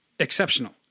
exceptional